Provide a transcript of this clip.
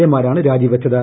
A മാരാണ് രാജിവെച്ചത്